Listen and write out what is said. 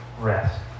rest